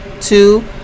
Two